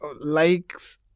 likes